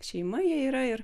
šeima jie yra ir